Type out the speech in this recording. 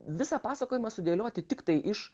visą pasakojimą sudėlioti tiktai iš